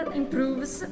improves